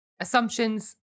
assumptions